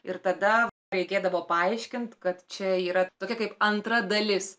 ir tada reikėdavo paaiškint kad čia yra tokia kaip antra dalis